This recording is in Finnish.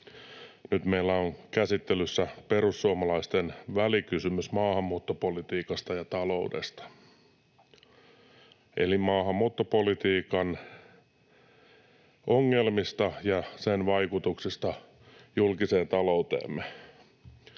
nyt meillä on käsittelyssä perussuomalaisten välikysymys maahanmuuttopolitiikasta ja taloudesta eli maahanmuuttopolitiikan ongelmista ja sen vaikutuksista julkiseen talouteemme.